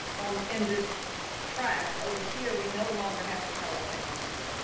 um in this track, over here, we no longer have to sell a fantasy.